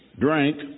drank